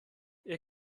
ihr